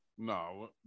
No